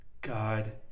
God